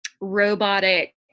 robotic